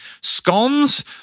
scones